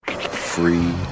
Free